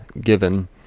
given